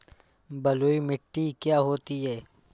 बलुइ मिट्टी क्या होती हैं?